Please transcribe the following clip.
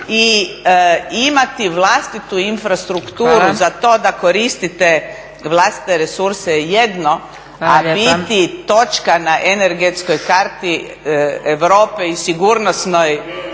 i imati vlastitu infrastrukturu za to da koristite vlastite resurse je jedno, a biti točka na energetskoj karti Europe i sigurnosnoj